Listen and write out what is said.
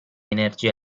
energia